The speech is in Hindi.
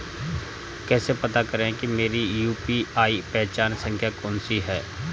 कैसे पता करें कि मेरी यू.पी.आई पहचान संख्या कौनसी है?